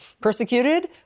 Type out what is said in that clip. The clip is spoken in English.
persecuted